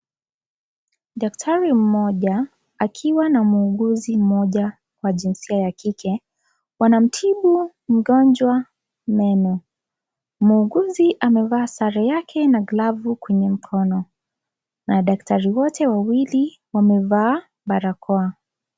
Daktari mmoja akiwa na muuguzi mmoja wa jinsia ya kike wanamtibu mgonjwa meno. Muuguzi amevaa sare yake na glavu kwenye mkono na daktari. Wote wawili wamevaa barakoa.